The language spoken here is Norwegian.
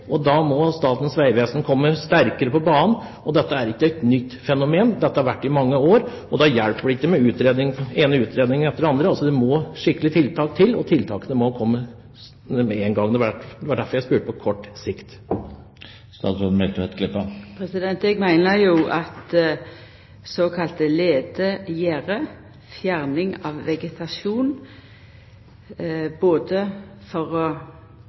og da må Statens vegvesen komme sterkere på banen. Dette er ikke et nytt fenomen, dette har vært i mange år, og da hjelper det ikke med den ene utredningen etter den andre. Det må skikkelige tiltak til, og tiltakene må komme med én gang. Det var derfor jeg spurte om hva statsråden vil gjøre på kort sikt. Eg meiner jo at såkalla leiegjerde, fjerning av vegetasjon både for å få elgen til å gå ein annen veg og for å betra sikta for